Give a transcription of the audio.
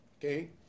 okay